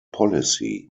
policy